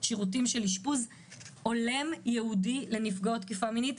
שירותים של אשפוז הולם ייעודי לנפגעות תקיפה מינית.